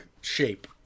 shape